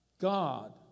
God